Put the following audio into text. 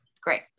Great